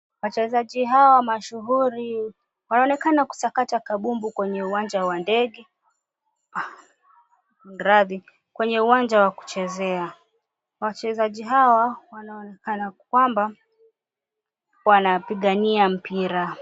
Wachezaji hawa mashuhuri wanaonekana kusakata kabumbu kwenye uwanja wa kuchezea. Wachezaji hawa wanaonekana kwamba wanapigania mpira.